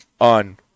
on